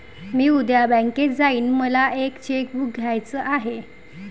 मी उद्या बँकेत जाईन मला एक चेक बुक घ्यायच आहे